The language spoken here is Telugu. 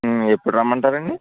ఎప్పుడు రమ్మంటారండీ